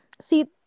See